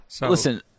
Listen